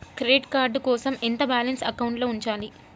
Credit card కోసం ఎంత balance అకౌంట్లో ఉంచాలి?